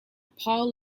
paul